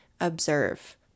observe